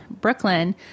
Brooklyn